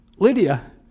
Lydia